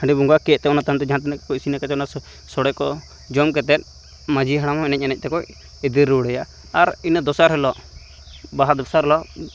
ᱦᱟᱺᱰᱤ ᱵᱚᱸᱜᱟᱠᱮᱫ ᱚᱱᱟ ᱛᱟᱭᱱᱚᱢᱛᱮ ᱡᱟᱦᱟᱸ ᱛᱤᱱᱟᱹᱜ ᱜᱮᱠᱚ ᱤᱥᱤᱱᱟᱠᱟᱫ ᱚᱱᱟ ᱥᱳᱲᱮᱠᱚ ᱡᱚᱢ ᱠᱟᱛᱮᱫ ᱢᱟᱺᱡᱷᱤ ᱦᱟᱲᱟᱢ ᱮᱱᱮᱡ ᱮᱱᱮᱡᱛᱮᱠᱚ ᱤᱫᱤ ᱨᱩᱣᱟᱹᱲᱮᱭᱟ ᱟᱨ ᱤᱱᱟᱹ ᱫᱚᱥᱟᱨ ᱦᱤᱞᱳᱜ ᱵᱟᱦᱟ ᱫᱚᱥᱟᱨ ᱦᱤᱞᱳᱜ